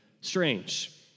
strange